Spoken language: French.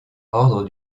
ordre